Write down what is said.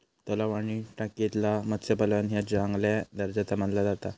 तलाव आणि टाकयेतला मत्स्यपालन ह्या चांगल्या दर्जाचा मानला जाता